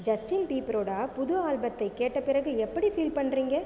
Justin பீபரோட புதுஆல்பத்தை கேட்ட பிறகு எப்படி ஃபீல் பண்ணுறீங்க